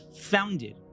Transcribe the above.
founded